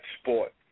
sport